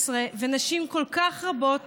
אנחנו בישראל ב-2018, ונשים כל כך רבות